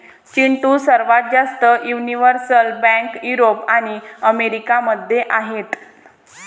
चिंटू, सर्वात जास्त universal bank Europe आणि अमेरिका मध्ये आहेत